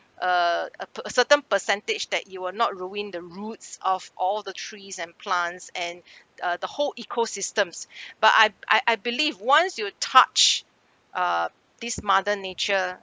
uh a per~certain percentage that you will not ruin the roots of all the trees and plants and uh the whole ecosystems but I I I believe once you touch uh this mother nature